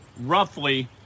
roughly